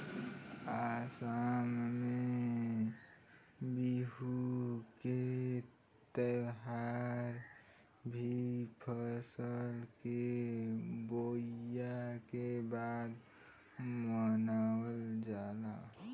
आसाम में बिहू के त्यौहार भी फसल के बोआई के बाद मनावल जाला